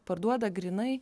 parduoda grynai